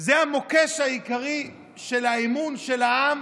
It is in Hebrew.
זה המוקש העיקרי של אמון העם